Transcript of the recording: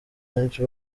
benshi